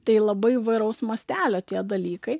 tai labai įvairaus mastelio tie dalykai